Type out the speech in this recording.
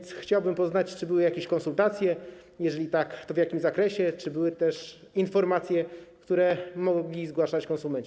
Chciałbym poznać, czy były jakieś konsultacje, jeżeli tak, to w jakim zakresie, czy były też informacje, które mogli zgłaszać konsumenci?